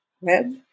web